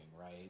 right